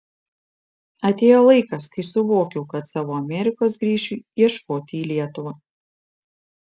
atėjo laikas kai suvokiau kad savo amerikos grįšiu ieškoti į lietuvą